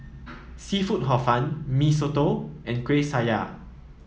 seafood Hor Fun Mee Soto and Kueh Syara